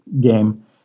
game